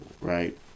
right